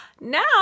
Now